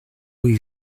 rue